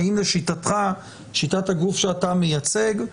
האם לשיטתך, שיטת הגוף שאתה מייצג,